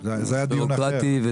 זה הליך בירוקרטי.